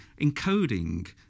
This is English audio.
encoding